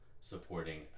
supporting